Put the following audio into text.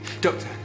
Doctor